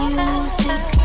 music